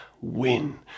win